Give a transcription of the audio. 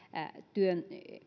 työn